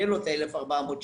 יהיה לו את ה-1,400 שקל.